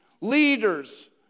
leaders